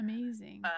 Amazing